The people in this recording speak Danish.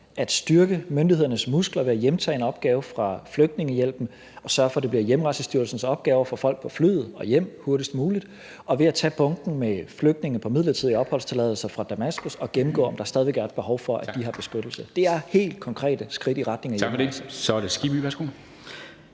vi styrker myndighedernes muskler ved at hjemtage en opgave fra Dansk Flygtningehjælp og sørge for, at det bliver Hjemrejsestyrelsens opgave at få folk på flyet og hjem hurtigst muligt. Og ved at tage bunken med flygtninge på midlertidigt opholdstilladelser fra Damaskus og gennemgå, om der stadig væk er et behov for, om de har beskyttelse. Det er helt konkrete skridt i retning af hjemrejse. Kl. 14:12 Formanden (Henrik